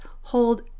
hold